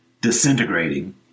disintegrating